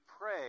pray